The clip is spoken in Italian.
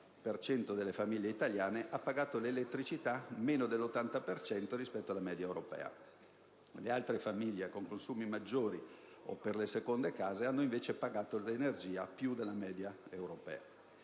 60 per cento delle famiglie italiane) ha pagato l'elettricità meno dell'80 per cento della media europea. Le altre famiglie, con consumi maggiori o per le seconde case, hanno invece pagato l'energia più della media europea.